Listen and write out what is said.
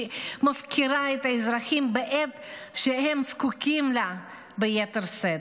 שמפקירה את האזרחים בעת שהם זקוקים לה ביתר שאת.